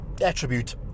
attribute